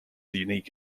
unique